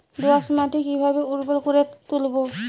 দোয়াস মাটি কিভাবে উর্বর করে তুলবো?